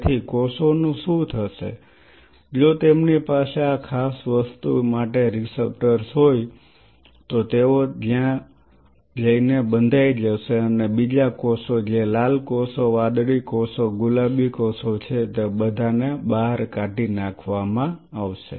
તેથી કોષોનું શું થશે જો તેમની પાસે આ ખાસ વસ્તુ માટે રીસેપ્ટર્સ હોય તો તેઓ ત્યાં જઈને બંધાઈ જશે અને બીજા કોષો જે લાલ કોષો વાદળી કોષો ગુલાબી કોષો છે તે બધાને બહાર કાઢી નાખવામાં આવશે